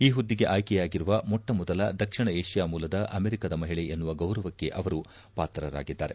ಈ ಹುದ್ಗೆಗೆ ಆಯ್ಲೆಯಾಗಿರುವ ಮೊಟ್ಟಮೊದಲ ದಕ್ಷಿಣ ಏಷ್ನಾ ಮೂಲದ ಅಮೆರಿಕದ ಮಹಿಳೆ ಎನ್ನುವ ಗೌರವಕ್ಕೆ ಅವರು ಪಾತ್ರರಾಗಿದ್ದಾರೆ